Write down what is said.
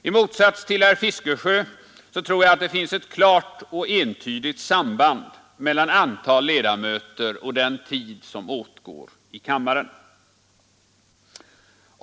I motsats till herr Fiskesjö tror jag att det finns ett klart och entydigt samband mellan antalet ledamöter och den tid som åtgår i kammaren.